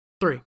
Three